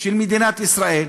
של מדינת ישראל,